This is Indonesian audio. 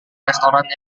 restoran